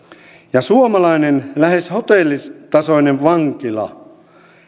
ja suomalainen lähes hotellitasoinen vankila